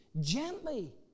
Gently